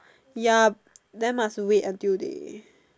ya then must wait until they